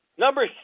Number